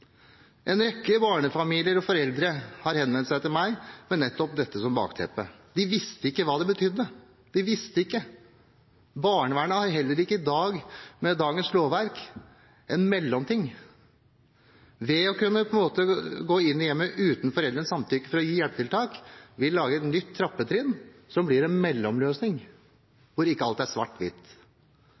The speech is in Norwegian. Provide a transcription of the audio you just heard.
En rekke barnefamilier og foreldre har henvendt seg til meg med nettopp dette som bakteppe. De visste ikke hva det betydde. Barnevernet kan heller ikke med dagens lovverk gå inn i hjemmet uten foreldrenes samtykke for å gi hjelpetiltak. Vi vil lage et nytt trappetrinn som blir en mellomløsning når ikke alt er